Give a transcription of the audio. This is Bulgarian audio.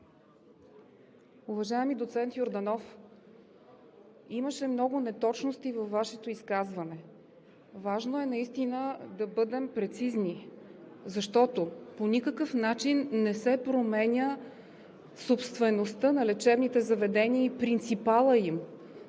Уважаеми доцент Йорданов, имаше много неточности във Вашето изказване. Важно е наистина да бъдем прецизни, защото по никакъв начин не се променя собствеността на лечебните заведения и принципалът им.